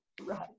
Right